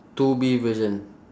two B version